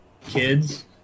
kids